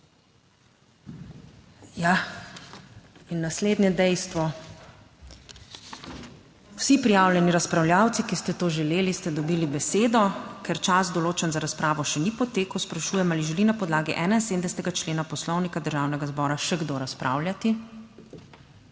in naslednje dejstvo, vsi prijavljeni razpravljavci, ki ste to želeli, ste dobili besedo. Ker čas določen za razpravo še ni potekel, sprašujem, ali želi na podlagi 71. člena Poslovnika Državnega zbora še kdo razpravljati?